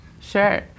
Sure